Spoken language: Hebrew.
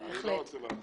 בהחלט.